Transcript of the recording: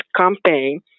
campaign